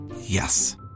Yes